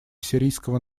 сирийского